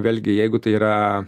vėlgi jeigu tai yra